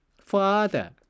Father